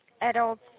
Adults